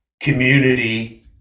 community